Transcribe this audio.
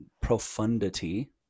profundity